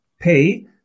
Pay